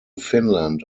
finland